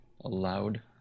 allowed